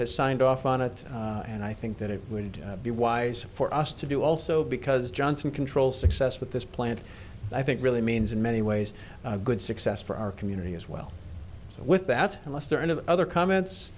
has signed off on it and i think that it would be wise for us to do also because johnson controls success with this plant i think really means in many ways a good success for our community as well so with that and lester and of other comments